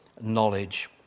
knowledge